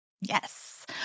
Yes